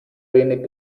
wenig